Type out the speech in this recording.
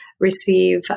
receive